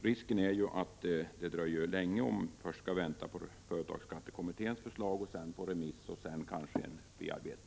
Risken är att det dröjer länge om man först skall vänta på att företagsskattekommitténs förslag skall framläggas, att detta sedan skall gå ut på remiss och att det därefter skall bearbetas.